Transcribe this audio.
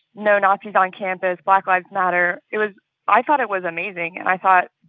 no nazis on campus, black lives matter it was i thought it was amazing. and i thought,